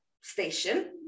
station